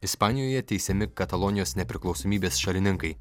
ispanijoje teisiami katalonijos nepriklausomybės šalininkai